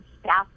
staff